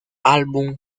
álbum